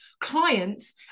clients